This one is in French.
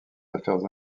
affaires